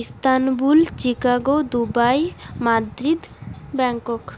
Istanbul Chicago Dubai Madrid Bangkok